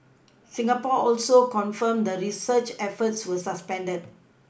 Singapore also confirmed the search efforts were suspended